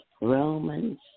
Romans